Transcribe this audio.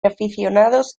aficionados